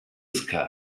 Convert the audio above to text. sky